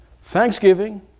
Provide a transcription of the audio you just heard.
Thanksgiving